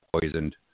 poisoned